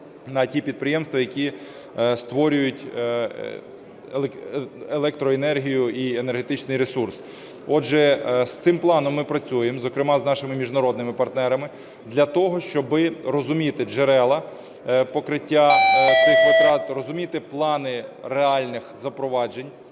на ті підприємства, які створюють електроенергію і енергетичний ресурс. Отже, з цим планом ми працюємо, зокрема, з нашими міжнародними партнерами, для того, щоб розуміти джерела покриття цих витрат, розуміти плани реальних запроваджень,